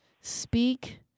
Speak